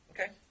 Okay